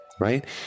right